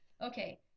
Okay